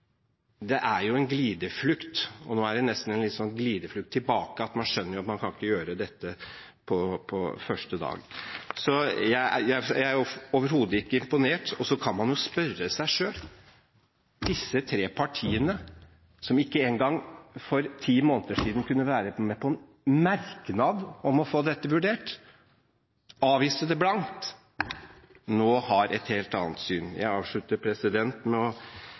Det er jo en glideflukt. Og nå er det nesten litt glideflukt tilbake – at man skjønner at man kan ikke gjøre dette på første dag. Så jeg er overhodet ikke imponert. Og så kan man jo spørre seg selv hvorfor disse tre partiene som for ti måneder siden ikke engang kunne være med på en merknad om å få dette vurdert – de avviste det blankt – nå har et helt annet syn. Jeg avslutter med